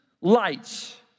lights